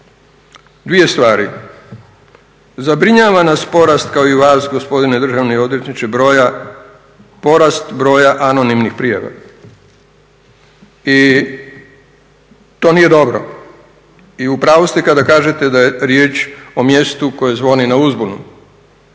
dvije stvari. Zabrinjava nas porast kao i vas gospodine državni odvjetniče broja, porast broja anonimnih prijava. I to nije dobro i u pravu ste kada kažete da je riječ o mjestu koje zvoni na uzbunu.